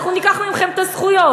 ניקח מכם את הזכויות.